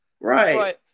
Right